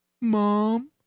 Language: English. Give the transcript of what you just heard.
Mom